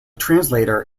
translator